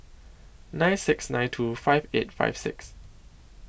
nine six nine two five eight five six